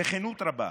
בכנות רבה,